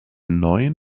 neuen